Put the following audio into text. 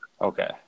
Okay